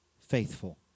faithful